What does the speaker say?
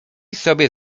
sobie